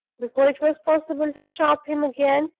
before it was possible to stop him again,